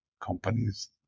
companies